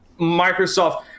Microsoft